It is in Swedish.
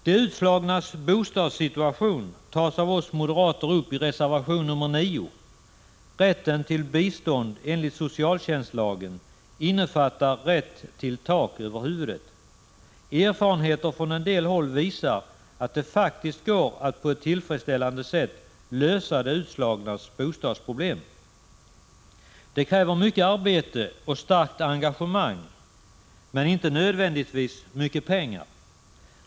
De utslagnas bostadssituation tas av oss moderater upp i reservation 9. Rätten till bistånd enligt socialtjänstlagen innefattar rätt till tak över huvudet. Erfarenheter från en del håll visar att det faktiskt går att på ett tillfredsställande sätt lösa de utslagnas bostadsproblem. Det kräver mycket arbete och starkt engagemang men inte nödvändigtvis mycket pengar.